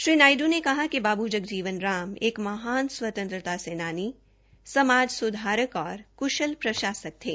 श्री नायडू ने कहा कि बाबू जगजीवन राम एक महान स्वतंत्रता सेनानी समाज स्धारक और क्शल प्रशासक थे